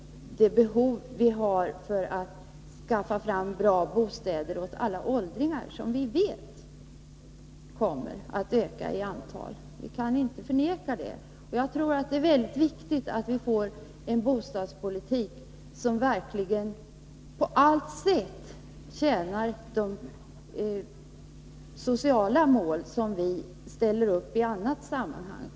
Det gällde det behov som vi har av att skaffa fram bra bostäder åt alla åldringar, som vi vet kommer att öka i antal — vi kan inte förneka det. Jag tror att det är mycket viktigt att vi får en bostadspolitik som verkligen, på allt sätt, tjänar de sociala mål som vi ställer upp i annat sammanhang.